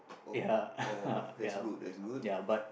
oh oh no that is good that is good